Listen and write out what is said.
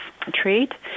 trade